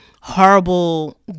horrible